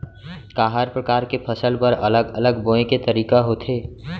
का हर प्रकार के फसल बर अलग अलग बोये के तरीका होथे?